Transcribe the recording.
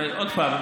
הרי עוד פעם,